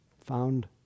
found